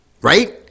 right